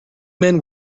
men